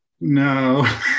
No